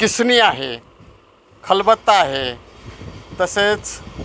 किसणी आहे खलबत्ता आहे तसेच